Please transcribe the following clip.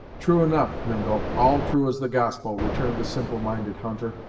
true enough, mingo, all true as the gospel, returned the simple minded hunter,